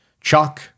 chuck